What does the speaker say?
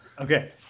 Okay